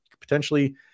potentially